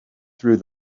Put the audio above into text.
through